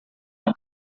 com